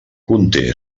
conté